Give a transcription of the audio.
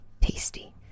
tasty